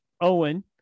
Owen